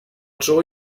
dro